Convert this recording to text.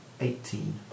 Eighteen